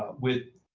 with